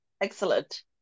Excellent